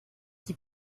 die